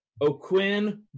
o'quinn